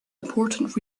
important